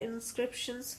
inscriptions